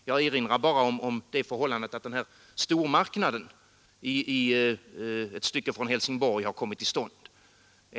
Jag erinrar bara om det förhållandet att stormarknaden ett stycke från Helsingborg har kommit till stånd.